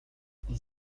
ten